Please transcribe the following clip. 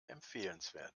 empfehlenswert